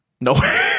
No